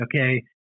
okay